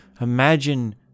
imagine